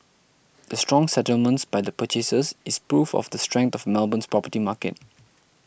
the strong settlements by the purchasers is proof of the strength of Melbourne's property market